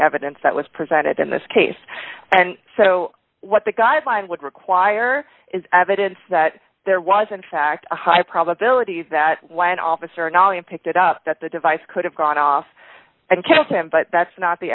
evidence that was presented in this case and so what the guidelines would require is evidence that there was in fact a high probability that when officer nolen picked it up that the device could have gone off and killed him but that's not the